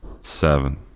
Seven